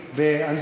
הם מתווים מדיניות.